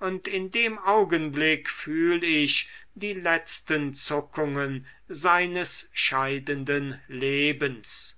und in dem augenblick fühl ich die letzten zuckungen seines scheidenden lebens